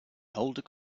older